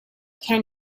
can